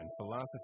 philosophy